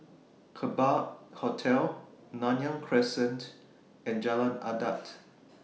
Kerbau Hotel Nanyang Crescent and Jalan Adat